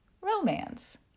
romance